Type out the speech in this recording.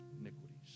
iniquities